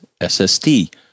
SSD